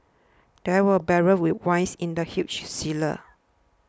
there were barrels with wines in the huge cellar